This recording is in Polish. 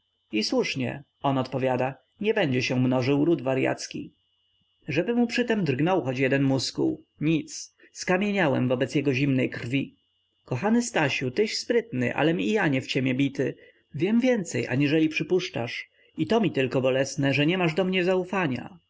i słusznie on odpowiada nie będzie się mnożył ród waryacki żeby mu przy tem drgnął choć jeden muskuł nic skamieniałem wobec jego zimnej krwi kochany stasiu tyś sprytny alem i ja nie w ciemię bity wiem więcej aniżeli przypuszczasz i to mi tylko bolesne że nie masz do mnie zaufania